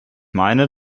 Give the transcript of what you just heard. meine